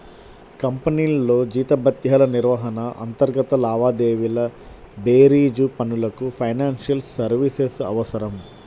కంపెనీల్లో జీతభత్యాల నిర్వహణ, అంతర్గత లావాదేవీల బేరీజు పనులకు ఫైనాన్షియల్ సర్వీసెస్ అవసరం